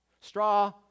straw